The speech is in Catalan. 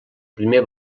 primer